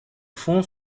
fond